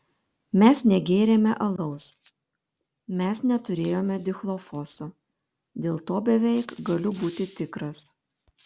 mes negėrėme alaus mes neturėjome dichlofoso dėl to beveik galiu būti tikras